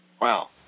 Wow